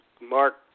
Mark